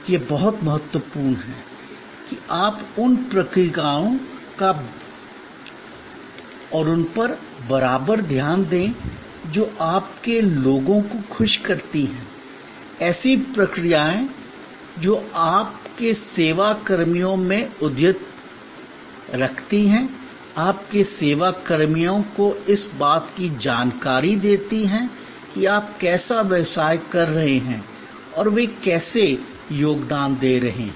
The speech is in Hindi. यह बहुत महत्वपूर्ण है कि आप उन प्रक्रियाओं पर बराबर ध्यान दें जो आपके लोगों को खुश करती हैं ऐसी प्रक्रियाएँ जो आपके सेवा कर्मियों को अद्यतित रखती हैं आपके सेवा कर्मियों को इस बात की जानकारी देती हैं कि आप कैसा व्यवसाय कर रहे हैं और वे कैसे योगदान दे रहे हैं